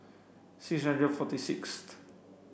six hundred forty sixth